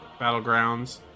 battlegrounds